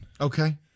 Okay